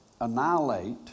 annihilate